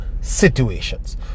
situations